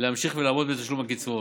להמשיך ולעמוד בתשלום הקצבאות.